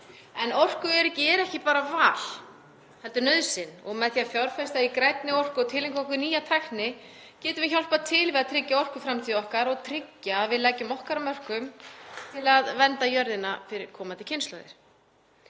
er ekki bara val heldur nauðsyn. Með því að fjárfesta í grænni orku og tileinka okkur nýja tækni getum við hjálpað til við að tryggja orkuframtíð okkar og tryggja að við leggjum okkar af mörkum til að vernda jörðina fyrir komandi kynslóðir.